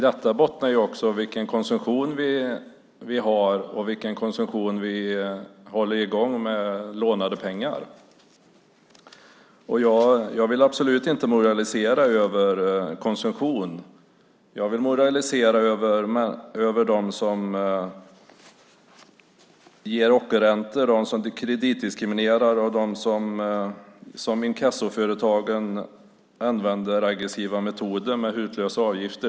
Det bottnar också i vilken konsumtion vi har och vilken konsumtion vi håller i gång med lånade pengar. Jag vill absolut inte moralisera över konsumtion. Jag vill moralisera över dem som ger lån till ockerräntor, dem som kreditdiskriminerar och de inkassoföretag som använder aggressiva metoder med hutlösa avgifter.